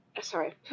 sorry